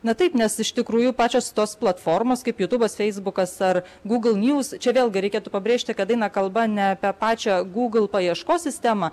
na taip nes iš tikrųjų pačios tos platformos kaip jūtubas feisbukas ar gūgl nius čia vėlgi reikėtų pabrėžti kad eina kalba ne apie pačią gūgl paieškos sistemą